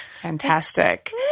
Fantastic